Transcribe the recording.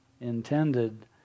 intended